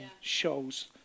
shows